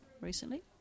recently